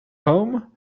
home